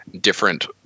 different